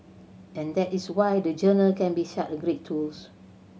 and that is why the journal can be such a great tool